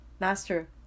Master